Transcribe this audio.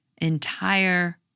entire